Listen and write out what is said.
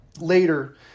later